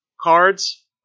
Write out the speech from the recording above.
cards